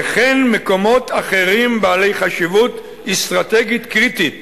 וכן מקומות אחרים בעלי חשיבות אסטרטגית קריטית